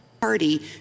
Party